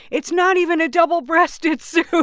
it's not even a double-breasted suit. so.